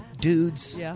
dudes